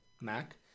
Mac